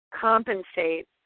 Compensate